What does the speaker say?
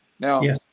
Now